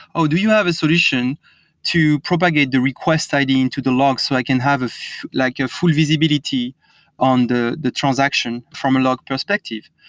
oh, do you have a solution to propagate the request id into the log so i can have ah like a full visibility on the the transaction from a log perspective?